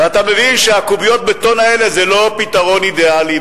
ואתה מבין שקוביות הבטון האלה זה לא פתרון אידיאלי,